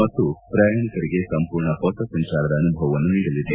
ಮತ್ತು ಪ್ರಯಾಣಿಕರಿಗೆ ಸಂಪೂರ್ಣ ಹೊಸ ಸಂಚಾರದ ಅನುಭವವನ್ನು ನೀಡಲಿದೆ